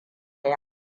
yi